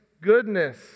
goodness